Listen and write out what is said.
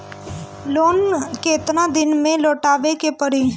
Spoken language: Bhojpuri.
लोन केतना दिन में लौटावे के पड़ी?